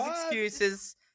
excuses